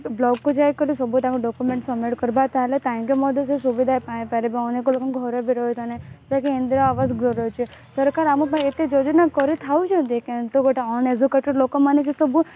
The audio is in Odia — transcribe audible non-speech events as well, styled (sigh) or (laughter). ବ୍ଲକ୍କୁ ଯାଇ କରି ସବୁ ତାଙ୍କ ଡକ୍ୟୁମେଣ୍ଟ୍ ସମିଟ୍ କରିବା ତାହେଲେ ତାଙ୍କେ ମଧ୍ୟ ସେ ସୁବିଧା ପାଇପାରିବ ଅନେକ ଲୋକଙ୍କ ଘର ବି (unintelligible) ନାହିଁ ବାକି ଇନ୍ଦିରା ଆବାସ ଗୃହ ରହୁଛି ସରକାର ଆମ ପାଇଁ ଏତେ ଯୋଜନା କରିଥାଉଛନ୍ତି କିନ୍ତୁ ଗୋଟେ ଅନଏଜୁକେଟେଡ଼୍ ଲୋକମାନେ ସେ ସବୁ